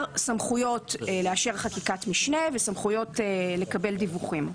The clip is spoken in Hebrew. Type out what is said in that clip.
סמכויות לאשר חקיקת משנה וסמכויות לקבל דיווחים.